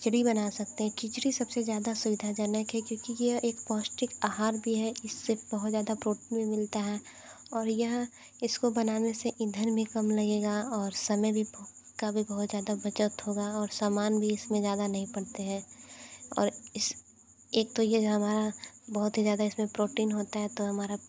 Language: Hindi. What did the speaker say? खिचड़ी बना सकते हैं खिचड़ी सब से ज़्यादा सुविधाजनक है क्योंकि ये एक पौष्टिक आहार भी है इस से बहुत ज़्यादा प्रोटीन मिलता है और यह इसको बनाने से इंधन भी में कम लगेगा और समय भी का भी बहुत ज़्यादा बचत होगा और सामान अभी इस में ज़्यादा नहीं पढ़ते हैं और इस एक तो ये हमारा बहुत ही ज़्यादा इस में प्रोटीन होता है तो हमारा